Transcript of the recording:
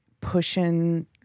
pushing